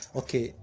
okay